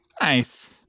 Nice